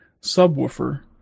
subwoofer